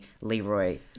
Leroy